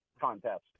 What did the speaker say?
contest